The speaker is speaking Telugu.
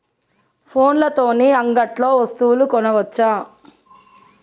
ఫోన్ల తోని అంగట్లో వస్తువులు కొనచ్చా?